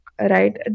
right